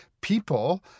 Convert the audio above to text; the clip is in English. people